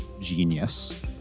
genius